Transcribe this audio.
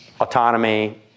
autonomy